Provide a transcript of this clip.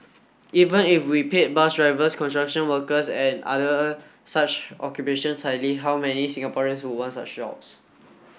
even if we paid bus drivers construction workers and other such occupations highly how many Singaporeans would want such jobs